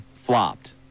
flopped